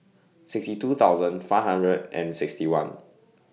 sixty two thousand five hundred and sixty one